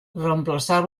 reemplaçar